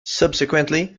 subsequently